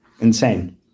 Insane